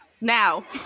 now